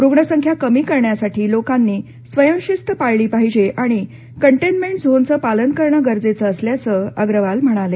रुग्णसंख्या कमी करण्यासाठी लोकांनी स्वयंशिस्त पाळली पाहिजे आणि कंटेनमेंट झोनचं पालन करणं गरजेचं असल्याचं आगरवाल म्हणाले